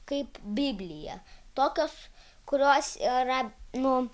kaip biblija tokios kurios yra nu